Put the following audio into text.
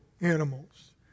animals